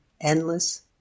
endless